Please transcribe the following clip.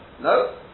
no